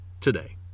today